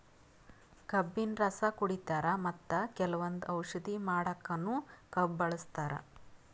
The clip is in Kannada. ಕಬ್ಬಿನ್ ರಸ ಕುಡಿತಾರ್ ಮತ್ತ್ ಕೆಲವಂದ್ ಔಷಧಿ ಮಾಡಕ್ಕನು ಕಬ್ಬ್ ಬಳಸ್ತಾರ್